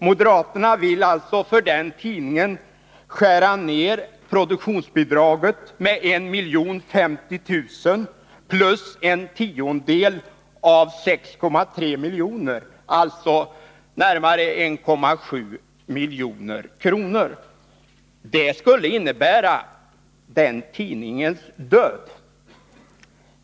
Moderaterna vill skära ner produktionsbidraget för den tidningen med 1 050 000 kr. plus en tiondel av 6,3 miljoner, alltså med närmare 1,7 milj.kr. Det skulle innebära den tidningens död.